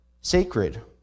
sacred